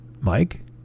Mike